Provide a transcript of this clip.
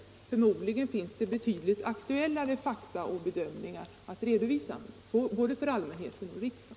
Med all sannolikhet finns det betydligt aktuellare fakta och bedömningar att redovisa, både för allmänheten och riksdagen.